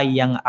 yang